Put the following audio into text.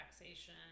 relaxation